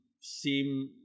seem